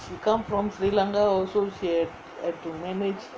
she come from sri lanka also she has to manage